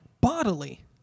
bodily